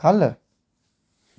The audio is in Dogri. ख'ल्ल